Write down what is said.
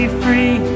free